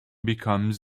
becomes